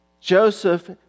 Joseph